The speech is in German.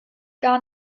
gar